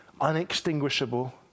unextinguishable